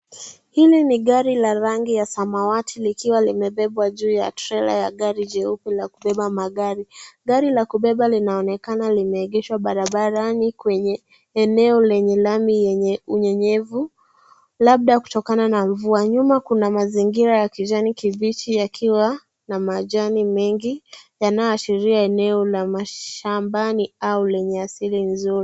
Hili ni gari la rangi ya samawati likiwa limebebwa juu ya trela ya gari jeupe la kubeba magari. Gari la kubeba linaonekana limeegeshwa barabarani kwenye eneo lenye lami yenye unyevunyevu labda kutokana na mvua. Nyuma kuna mazingira ya kijani kibichi yakiwa na majani mengi yanayoashiria eneo la mashambani au lenye asili nzuri.